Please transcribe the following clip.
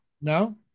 No